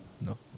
No